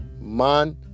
Man